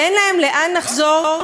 לאן לחזור,